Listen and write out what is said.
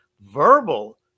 verbal